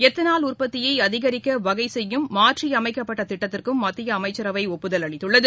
ethanol உற்பத்தியை அதிகரிக்க வகைசெய்யும் மாற்றியமைக்கப்பட்ட திட்டத்திற்கும் மத்திய அமைச்சரவை ஒப்புதல் அளித்துள்ளது